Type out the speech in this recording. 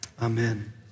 Amen